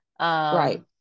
Right